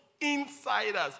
insiders